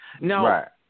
Now